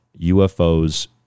UFOs